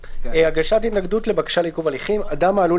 "הגשת התנגדות לבקשה לעיכוב הליכים 319ו. אדם העלול